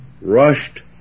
rushed